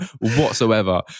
whatsoever